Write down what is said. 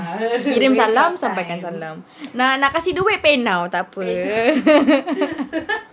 kirim salam sampaikan salam nak kasi duit PayNow takpe